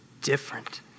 different